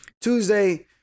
Tuesday